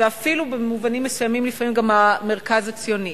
ואפילו במובנים מסוימים גם המרכז הציוני.